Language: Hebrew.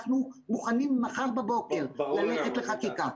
אנחנו מוכנים מחר בבוקר ללכת לחקיקה.